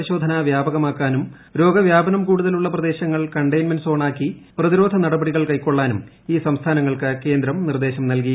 പരിശോധന വ്യാപകമാക്കാനും രോഗവ്യാപനം കൂടുതലുള്ള പ്രദേശങ്ങൾ കണ്ടെയ്മെന്റ് സോണാക്കി പ്രതിരോധ നടപടികൾ കൈക്കൊള്ളാനും ഈ സംസ്ഥാനങ്ങൾക്ക് കേന്ദ്രം നിർദ്ദേശം നൽകി